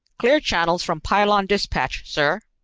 clear channels from pylon dispatch, sir.